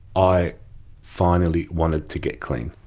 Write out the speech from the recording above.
i finally wanted to get clean.